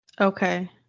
okay